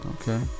Okay